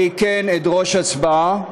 אני כן אדרוש הצבעה.